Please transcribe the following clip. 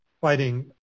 fighting